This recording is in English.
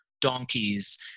donkeys